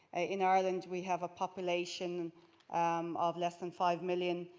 ah in ah ireland we have a population of less than five million,